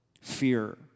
fear